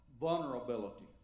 vulnerability